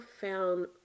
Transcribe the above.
found